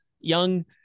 young